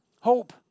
hope